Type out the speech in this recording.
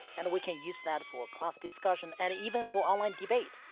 and we can use that for class discussion and even for online debate.